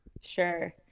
Sure